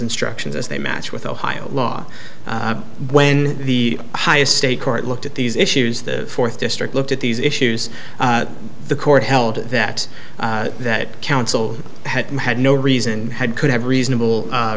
instructions as they match with ohio law when the highest state court looked at these issues the fourth district looked at these issues the court held that that counsel had had no reason had could have reasonable